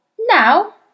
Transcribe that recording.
Now